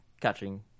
catching